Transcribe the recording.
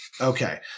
Okay